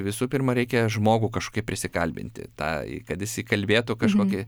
visų pirma reikia žmogų kažkaip prisikalbinti tą kad jis įkalbėtų kažkokį